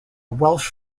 welsh